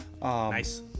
Nice